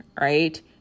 right